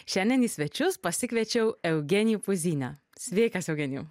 šiandien į svečius pasikviečiau eugenijų puzyną sveikas eugenijau